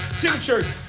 temperature